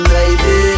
Baby